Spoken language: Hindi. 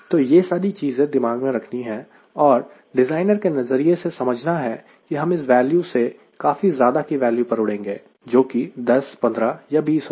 तो यह सारी चीजें दिमाग में रखनी है और डिज़ाइनर के नज़रिए से समझिए कि हम इस वैल्यू से काफी ज्यादा की वैल्यू पर उड़ेंगे जोकि 10 15 या 20 होगी